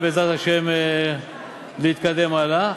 נוכל, בעזרת השם, להתקדם הלאה.